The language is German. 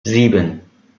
sieben